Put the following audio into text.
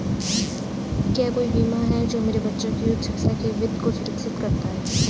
क्या कोई बीमा है जो मेरे बच्चों की उच्च शिक्षा के वित्त को सुरक्षित करता है?